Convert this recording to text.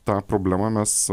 tą problemą mes